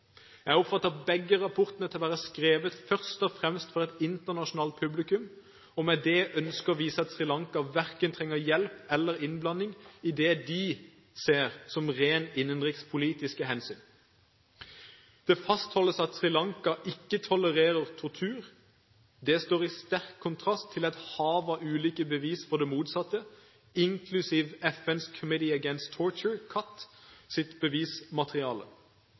Jeg oppfatter begge rapportene som å være skrevet først og fremst for et internasjonalt publikum og med det ønske om å vise at Sri Lanka verken trenger hjelp eller innblanding i det de ser som rent innenrikspolitiske hensyn. Det fastholdes at Sri Lanka ikke tolererer tortur. Det står i sterk kontrast til et hav av ulike bevis for det motsatte, inklusive bevismaterialet til FNs